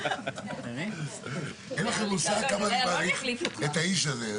אין לכם מושג כמה אני מעריך את האיש הזה.